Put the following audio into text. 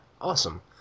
Awesome